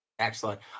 Excellent